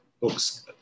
books